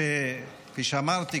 כפי שאמרתי,